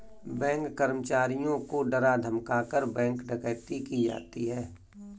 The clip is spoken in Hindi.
बैंक कर्मचारियों को डरा धमकाकर, बैंक डकैती की जाती है